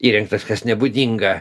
įrengtas kas nebūdinga